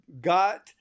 got